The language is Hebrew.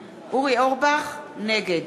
אורבך, נגד